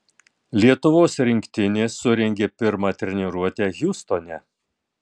lietuvos rinktinė surengė pirmą treniruotę hjustone